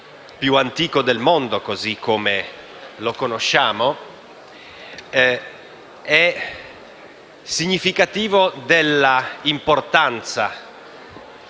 Parlamento più antico del mondo, così come lo conosciamo, è significativo dell'importanza